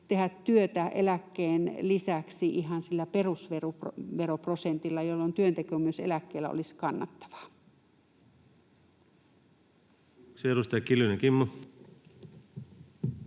tehdä työtä eläkkeen lisäksi ihan sillä perusveroprosentilla, jolloin työnteko myös eläkkeellä olisi kannattavaa? [Speech